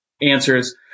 answers